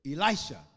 Elisha